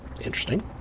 Interesting